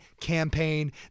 campaign